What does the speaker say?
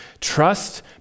Trust